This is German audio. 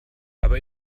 aber